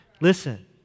Listen